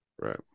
Right